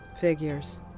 Figures